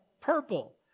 Purple